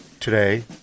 Today